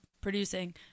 producing